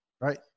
right